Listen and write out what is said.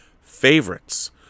favorites